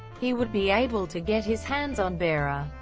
he would be able to get his hands on bearer.